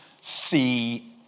see